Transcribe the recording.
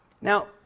Now